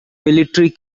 military